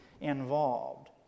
involved